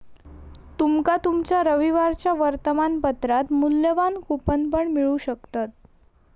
तुमका तुमच्या रविवारच्या वर्तमानपत्रात मुल्यवान कूपन पण मिळू शकतत